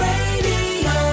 Radio